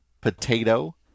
Potato